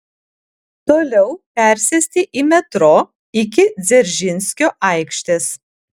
toliau persėsti į metro iki dzeržinskio aikštės